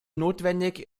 notwendig